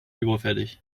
überfällig